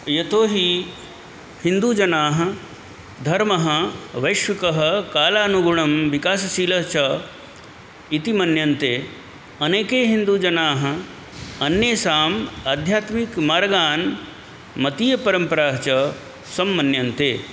यतो हि हिन्दूजनानाः धर्मः वैश्विकः कालानुगुणं विकाससीलः च इति मन्यन्ते अनेके हिन्दुजनाः अन्येषाम् आध्यात्मिकमार्गान् मतीयपरम्पराः च सम्मन्यन्ते